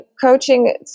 coaching